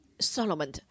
Solomon